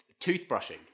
Toothbrushing